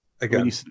again